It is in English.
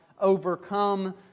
overcome